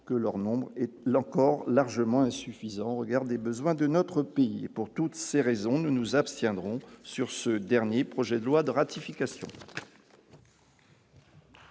que leur nombre et l'encore largement insuffisant au regard des besoins de notre pays et pour toutes ces raisons, nous nous abstiendrons sur ce dernier projet de loi de ratification.